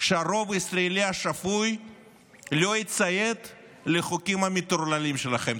שהרוב הישראלי השפוי לא יציית לחוקים המטורללים שלהם.